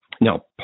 Now